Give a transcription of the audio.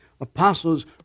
Apostles